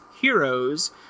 Heroes